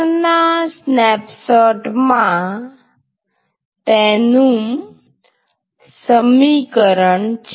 ઉપરના સ્નેપશોટ માં તેનું સમીકરણ છે